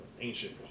ancient